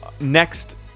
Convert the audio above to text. next